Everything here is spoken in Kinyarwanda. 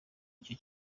icyo